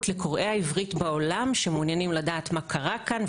לקוראי העברית בעולם שמעוניינים לדעת מה קרה כאן,